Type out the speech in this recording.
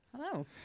Hello